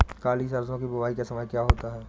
काली सरसो की बुवाई का समय क्या होता है?